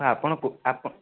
ନା ଆପଣ କେଉଁ ଆପ